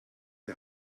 die